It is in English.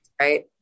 right